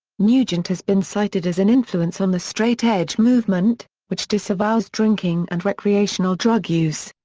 nugent has been cited as an influence on the straight edge movement, which disavows drinking and recreational drug use.